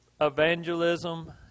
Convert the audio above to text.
evangelism